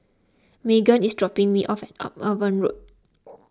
Meagan is dropping me off at Upavon Road